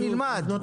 איך נלמד?